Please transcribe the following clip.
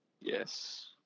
Yes